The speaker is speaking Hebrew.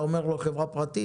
אתה אומר לו "חברה פרטית"?